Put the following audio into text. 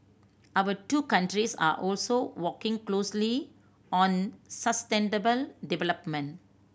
our two countries are also working closely on sustainable development